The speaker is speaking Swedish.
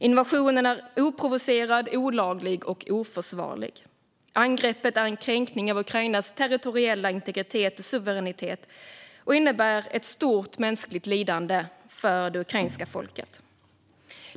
Invasionen är oprovocerad, olaglig och oförsvarlig. Angreppet är en kränkning av Ukrainas territoriella integritet och suveränitet och innebär ett stort mänskligt lidande för det ukrainska folket.